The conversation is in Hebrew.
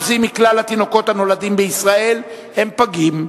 מכלל התינוקות הנולדים בישראל הם פגים.